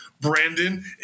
Brandon